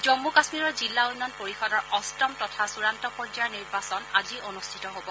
জম্মু কাশ্মীৰৰ জিলা উন্নয়ন পৰিষদৰ অট্টম তথা চূড়ান্ত পৰ্যায়ৰ নিৰ্বাচন আজি অনুষ্ঠিত হ'ব